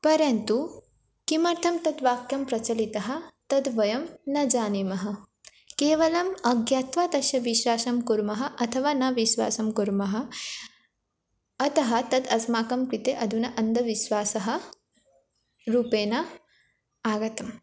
परन्तु किमर्थं तत् वाक्यं प्रचलितः तद् वयं न जानीमः केवलम् अज्ञात्वा तस्य विश्वासं कुर्मः अथवा न विश्वासं कुर्मः अतः तत् अस्माकं कृते अधुना अन्धविश्वासः रूपेण आगतम्